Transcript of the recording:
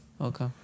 Okay